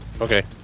okay